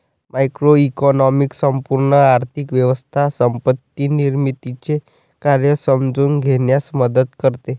macroeconomics संपूर्ण आर्थिक व्यवस्था संपत्ती निर्मितीचे कार्य समजून घेण्यास मदत करते